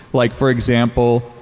like for example,